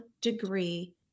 degree